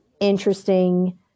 interesting